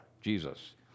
Jesus